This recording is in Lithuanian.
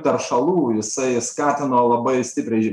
teršalų jisai skatino labai stipriai